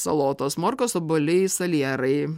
salotos morkos obuoliai salierai